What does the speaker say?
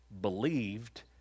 believed